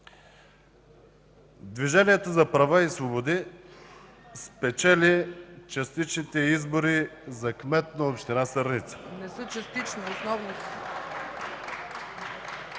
Движението за права и свободи спечели частичните избори за кмет в община Сърница.